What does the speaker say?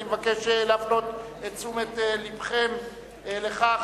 אני מבקש להפנות את תשומת לבכם לכך